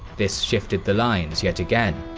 this shifted the lines yet again.